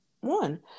one